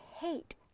hate